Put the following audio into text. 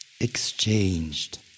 exchanged